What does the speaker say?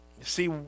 see